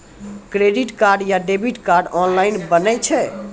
Credit card या debit card online बनै छै?